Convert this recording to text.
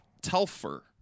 Telfer